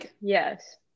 Yes